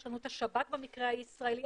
יש לנו את השב"כ במקרה הישראלי.